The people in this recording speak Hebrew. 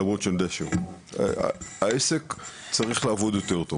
למרות -- העסק צריך לעבוד יותר טוב,